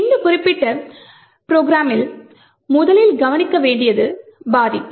இந்த குறிப்பிட்ட திட்டத்தில் முதலில் கவனிக்க வேண்டியது பாதிப்பு